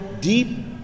deep